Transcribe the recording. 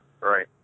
Right